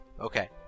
Okay